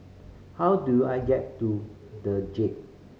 how do I get to The Jade